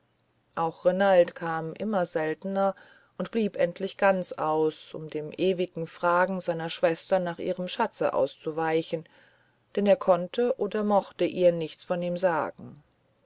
auch renald kam immer seltener und blieb endlich ganz aus um dem ewigen fragen seiner schwester nach ihrem schatze auszuweichen denn er konnte oder mochte ihr nichts von ihm sagen